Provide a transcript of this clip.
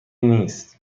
نیست